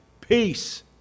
peace